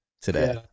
today